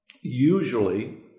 Usually